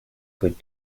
good